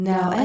Now